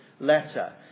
letter